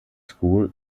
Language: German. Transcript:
school